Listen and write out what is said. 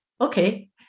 okay